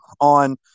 on